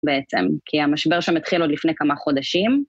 בעצם, כי המשבר שם התחיל עוד לפני כמה חודשים.